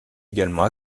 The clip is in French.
également